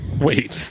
Wait